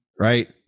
right